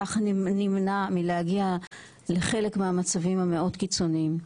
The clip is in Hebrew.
כך נמנע מלהגיע לחלק מהמצבים המאוד קיצוניים.